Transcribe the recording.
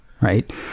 right